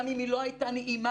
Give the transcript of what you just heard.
גם אם היא לא הייתה נעימה,